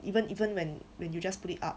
even even when when you just put it up